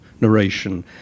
narration